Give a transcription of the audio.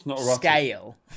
scale